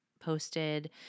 posted